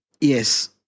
Yes